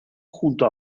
junto